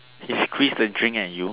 he squeeze the drink at you